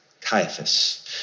Caiaphas